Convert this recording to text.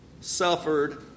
suffered